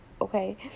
okay